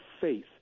faith